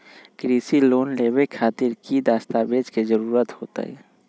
कृषि लोन लेबे खातिर की की दस्तावेज के जरूरत होतई?